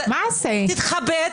אז תתכבד,